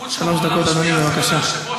הנוכחות שלך נורא משפיעה על כבוד היושב-ראש,